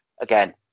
again